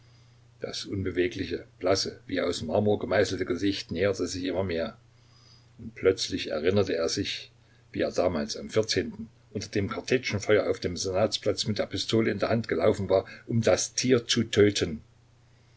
das unbewegliche blasse wie aus marmor gemeißelte gesicht näherte sich immer mehr und plötzlich erinnerte er sich wie er damals am vierzehnten unter dem kartätschenfeuer auf dem senatsplatz mit der pistole in der hand gelaufen war um das tier zu töten